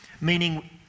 meaning